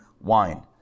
wine